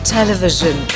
Television